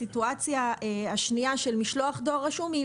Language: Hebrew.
הסיטואציה השנייה של משלוח דואר רשום היא